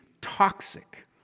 toxic